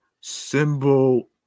symbol